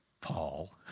Paul